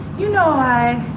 you know i.